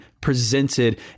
presented